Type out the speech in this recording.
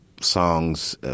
songs